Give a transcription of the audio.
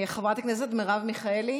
חברת הכנסת מרב מיכאלי